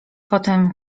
potem